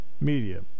media